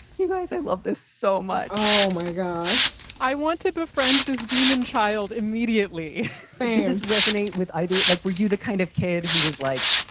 you guys, i love this so much oh, my gosh. i want to befriend this demon child immediately fans resonate with either like we do, the kind of kid who is like,